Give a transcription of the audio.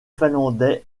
finlandais